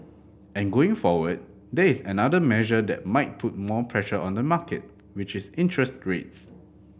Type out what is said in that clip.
and going forward there is another measure that might put more pressure on the market which is interest grates